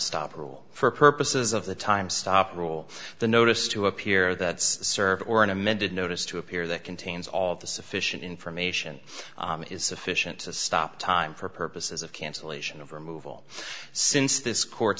stop rule for purposes of the time stop rule the notice to appear that serve or an amended notice to appear that contains all of the sufficient information is sufficient to stop time for purposes of cancellation of removal since this court